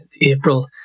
April